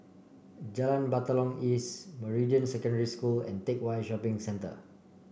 Jalan Batalong East Meridian Secondary School and Teck Whye Shopping Centre